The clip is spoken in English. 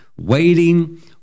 Waiting